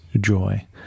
joy